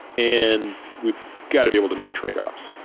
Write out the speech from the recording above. and we've got to be able to make tradeoffs.